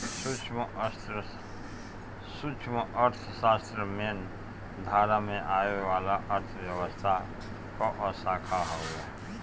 सूक्ष्म अर्थशास्त्र मेन धारा में आवे वाला अर्थव्यवस्था कअ शाखा हवे